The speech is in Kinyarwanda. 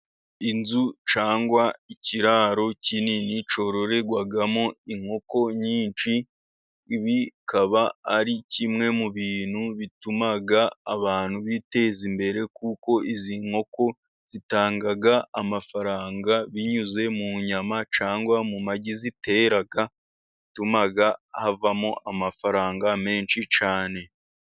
Inzu cyangwa ikiraro kinini cyororerwamo inkoko nyinshi, ibi bikaba ari kimwe mu bintu bituma abantu biteza imbere kuko izi nkoko zitanga amafaranga binyuze mu nyama cyangwa mu magi zitera yatuma habamo amafaranga menshi cyane.